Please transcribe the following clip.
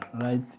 right